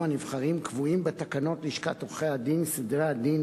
הנבחנים קבועים בתקנות לשכת עורכי-הדין (סדרי הדין,